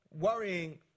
worrying